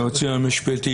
היועצים המשפטיים,